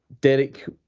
Derek